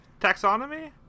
taxonomy